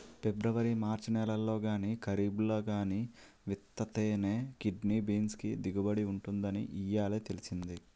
February March నెలల్లో గానీ, కరీబ్లో గానీ విత్తితేనే కిడ్నీ బీన్స్ కి దిగుబడి ఉంటుందని ఇయ్యాలే తెలిసింది